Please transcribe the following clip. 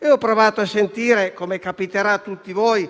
Ho provato a sentire, come capiterà a tutti voi,